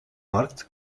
marked